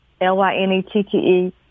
L-Y-N-E-T-T-E